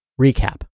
Recap